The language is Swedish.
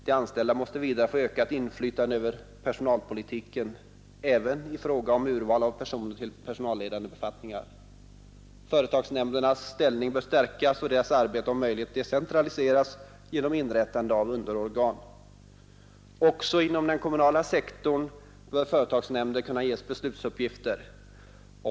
De anställda måste vidare få ökat inflytande över personalpolitiken, även i fråga om urval av personer till personalledande befattningar. Företagsnämndernas ställning bör stärkas och deras arbete om möjligt decentraliseras genom inrättande av underorgan. Också inom den kommunala sektorn bör företagsnämnder kunna ges beslutsuppgifter.